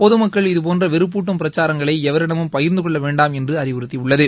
பொதுமக்கள் இதபோன்ற வெறப்பூட்டும் பிரச்சாரங்களை எவரிடமும் பகிர்ந்து கொள்ள வேண்டாம் என்று அறிவுறுத்தியுள்ளது